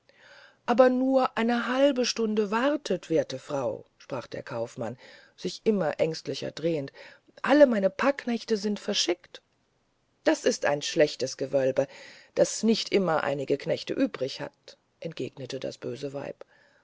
aber nur eine halbe stunde wartet werte frau sprach der kaufmann sich immer ängstlicher drehend alle meine packknechte sind verschickt das ist ein schlechtes gewölbe das nicht immer einige knechte übrig hat entgegnete das böse weib